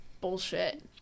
bullshit